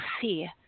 fear